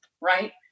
right